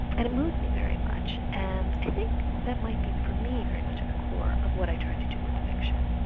and it moves me very much, and i think that might be, for me, very much at the core of what i try to do in fiction.